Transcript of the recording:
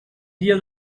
dia